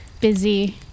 busy